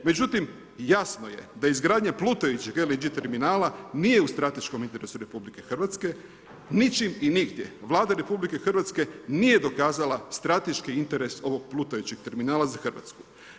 Međutim jasno je da izgradnja plutajućeg LNG terminala nije u strateškom interesu RH, ničim i nigdje Vlada RH nije dokazala strateški interes ovog plutajućeg terminala za Hrvatsku.